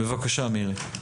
בבקשה, מירי.